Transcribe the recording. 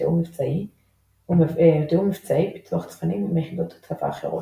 ותיאום מבצעי פיצוח צפנים עם יחידות צבא אחרות.